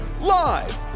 live